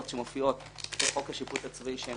היתה